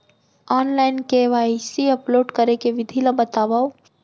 Online KYC upload करे के विधि ला बतावव?